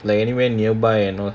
like anywhere nearby and all